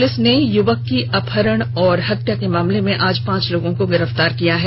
ग्रमला में प्रलिस ने युवक की अपहरण कर हत्या के मामले में आज पांच लोगों को गिरफ्तार किया है